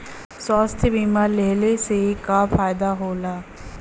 स्वास्थ्य बीमा लेहले से का फायदा होला?